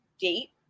date